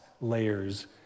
layers